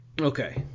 Okay